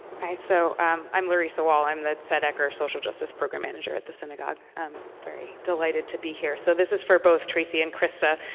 so i'm i'm larissa wohl. i'm the tzedek or social justice program manager at the synagogue. i'm very delighted to be here. so this is for both tracy and krista